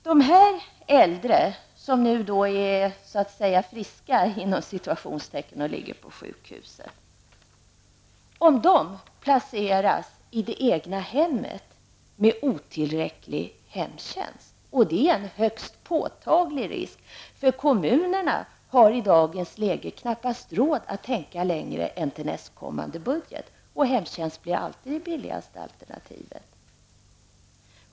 Sedan är det möjligt att de som är ''friska'' och ligger på sjukhus placeras i det egna hemmet med otillräcklig hemtjänst. Här föreligger det en högst påtaglig risk, för kommunerna har i dagens läge knappast råd att tänka längre än till nästkommande budget, och hemtjänsten blir alltid det billigaste alternativet.